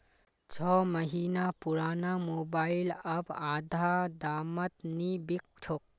छो महीना पुराना मोबाइल अब आधा दामत नी बिक छोक